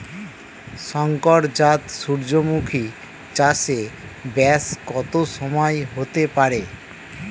শংকর জাত সূর্যমুখী চাসে ব্যাস কত সময় হতে পারে?